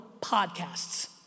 podcasts